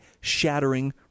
shattering